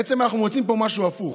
בעצם אנחנו מוצאים פה משהו הפוך.